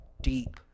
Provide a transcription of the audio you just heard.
deep